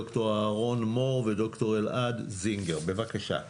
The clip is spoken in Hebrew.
ד"ר אהרון מור וד"ר אלעד זינגר, בבקשה.